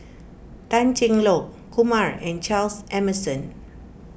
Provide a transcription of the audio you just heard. Tan Cheng Lock Kumar and Charles Emmerson